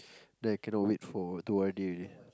then I cannot wait for to O_R_D already